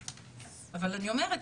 אבל אני אומרת,